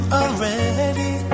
already